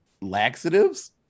laxatives